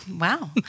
Wow